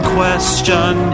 Question